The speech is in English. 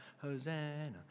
Hosanna